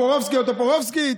טופורובסקי או טופורובסקית,